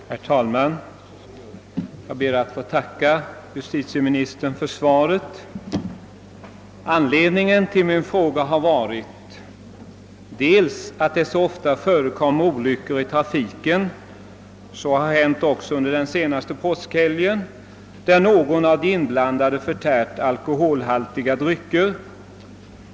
Herr talman! Jag ber att få tacka justitieministern för svaret. Anledningen till att jag ställt frågan är att det så ofta förekommer olyckor i trafiken — så har hänt även under den senaste påskhelgen — där någon av de inblandade förtärt alkoholhaltiga drycker.